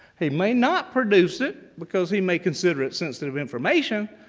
he may not produce it because he may consider it sensitive information,